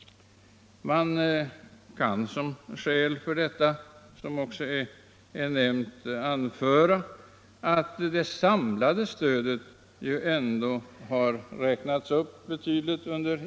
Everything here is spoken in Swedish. Man kan som skäl för detta anföra att det samlade stödet — som jag nämnt — ändå räknats upp betydligt.